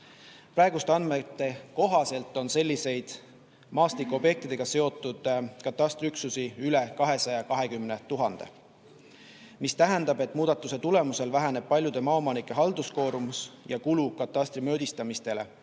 Praeguste andmete kohaselt on selliseid maastikuobjektidega seotud katastriüksusi üle 220 000. See tähendab, et muudatuse tulemusel väheneb paljude maaomanike halduskoormus ja kulu katastri mõõdistamisele,